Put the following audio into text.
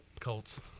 Colts